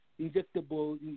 injectable